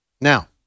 Now